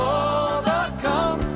overcome